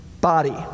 body